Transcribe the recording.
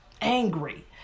angry